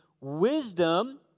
Wisdom